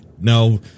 no